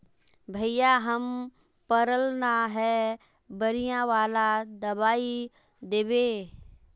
भैया हम पढ़ल न है बढ़िया वाला दबाइ देबे?